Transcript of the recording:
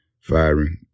firing